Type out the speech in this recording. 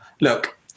look